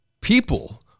people